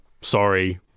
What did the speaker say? Sorry